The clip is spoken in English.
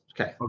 Okay